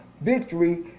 victory